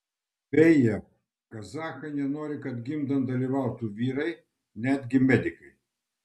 beje kazachai nenori kad gimdant dalyvautų vyrai netgi medikai